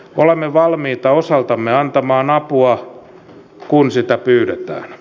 olemme valmiita osaltamme antamaan apua kun sitä pyydetään